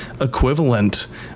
equivalent